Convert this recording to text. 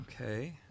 okay